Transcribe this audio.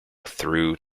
through